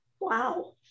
wow